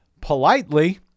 politely